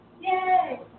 Yay